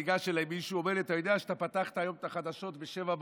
ניגש אליי מישהו ואומר לי: אתה יודע שפתחת היום את החדשות ב-07:00?